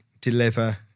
deliver